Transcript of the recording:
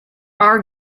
are